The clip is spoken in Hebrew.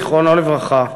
זיכרונו לברכה,